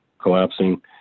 collapsing